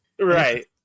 Right